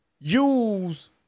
use